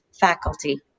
faculty